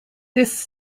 this